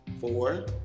Four